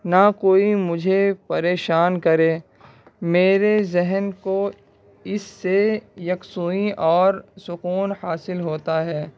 نہ کوئی مجھے پریشان کرے میرے ذہن کو اس سے یکسوئی اور سکون حاصل ہوتا ہے